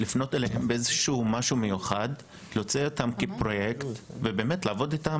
עם איזה משהו מיוחד שיוציא אותם לאיזה פרויקט שבאמת יאפשר לעבוד איתם?